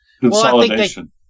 Consolidation